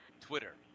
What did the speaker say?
twitter